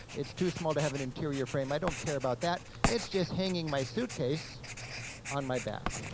it's too small to have an interior frame, i don't care about that. it's just hanging my suitcase on my back,